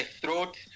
throat